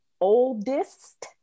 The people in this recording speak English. oldest